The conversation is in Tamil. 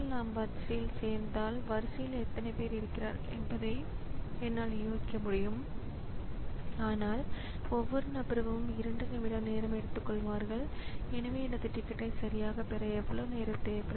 எனவே அதனுடன் தொடர்புடைய நடவடிக்கை என்னவாக இருக்க வேண்டும் என்பது கணினி வடிவமைப்பாளருக்குத் தெரியும் அதன்படி ஆப்பரேட்டிங் ஸிஸ்டம் வடிவமைப்பாளர் அதனுடன் தொடர்புடைய இன்டரப்ட் சர்வீஸ் ராெட்டினுக்கு எழுதியுள்ளார்